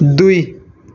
दुई